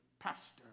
pastor